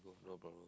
no no problem